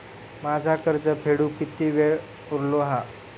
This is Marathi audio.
माझा कर्ज फेडुक किती वेळ उरलो हा?